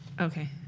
okay